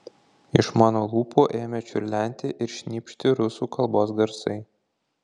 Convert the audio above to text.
iš mano lūpų ėmė čiurlenti ir šnypšti rusų kalbos garsai